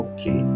Okay